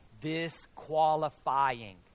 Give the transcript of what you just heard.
disqualifying